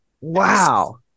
wow